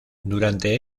durante